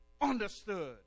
understood